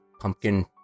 pumpkin